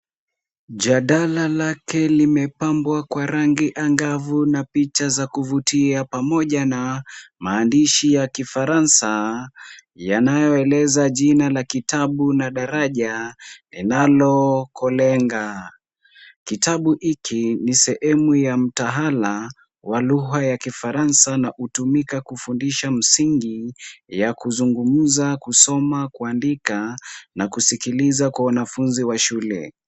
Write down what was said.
Jadala lake limepambwa kwa rangi angavu na picha za kuvutia pamoja na, maandishi ya kifaransa yanayoeleze jina la kitabu na daraja Enalo Kolenga. Kitabu hiki ni sehemu ya mtaala wa lugha ya kifaransa na hutumika kufundisha misingi ya kuzingumza, kusoma, kuandika, na kusikiliza kwa wanfunzi wa shule.